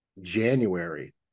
January